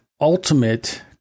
Ultimate